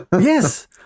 yes